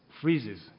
freezes